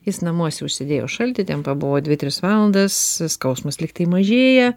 jis namuose užsidėjo šaltį ten pabuvo dvi tris valandas skausmas lygtai mažėja